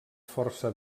força